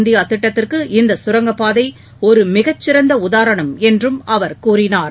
India திட்டத்திற்கு சுயசாா்பு இந்த சுரங்கப்பாதை ஒரு மிக்சிறந்த உதாரணம் என்றும் அவர் கூறினார்